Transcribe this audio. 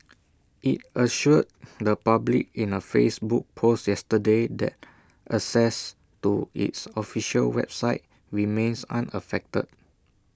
IT assured the public in A Facebook post yesterday that access to its official website remains unaffected